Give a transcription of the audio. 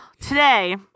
Today